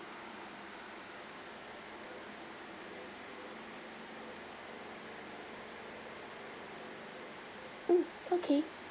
mm okay